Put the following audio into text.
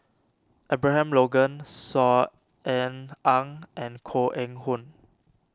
Abraham Logan Saw Ean Ang and Koh Eng Hoon